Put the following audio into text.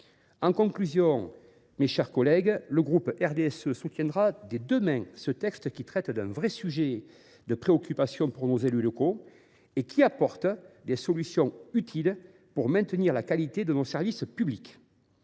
exercées. Mes chers collègues, le groupe RDSE soutiendra des deux mains ce texte, qui traite d’un vrai sujet de préoccupation pour nos élus locaux et qui apporte des solutions utiles pour maintenir la qualité de nos services publics.